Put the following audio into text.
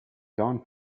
done